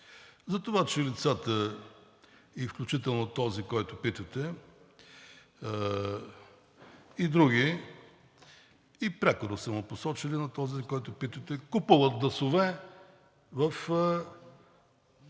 за това, че лицата, включително този, за когото питате, и други – и прякора са му посочили на този, за когото питате, купуват гласове в